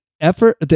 effort